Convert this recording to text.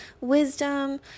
wisdom